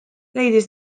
leidis